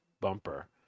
bumper